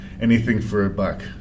anything-for-a-buck